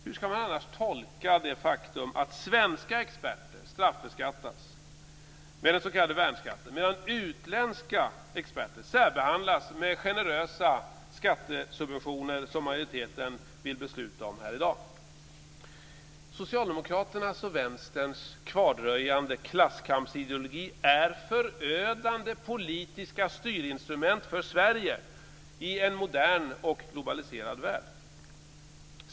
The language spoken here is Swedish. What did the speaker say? Hur ska man annars tolka det faktum att svenska experter straffbeskattas med den s.k. värnskatten, medan utländska experter särbehandlas med generösa skattesubventioner som majoriteten vill besluta om här i dag? Socialdemokraternas och Vänsterns kvardröjande klasskampsideologi är ett förödande politiskt styrinstrument för Sverige i en modern och globaliserad värld.